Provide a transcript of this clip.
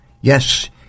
Yes